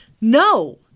No